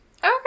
Okay